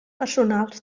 personals